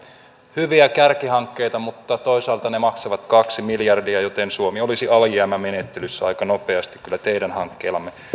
hyviä kärkihankkeita mutta toisaalta ne maksavat kaksi miljardia joten suomi olisi alijäämämenettelyssä aika nopeasti kyllä teidän hankkeillanne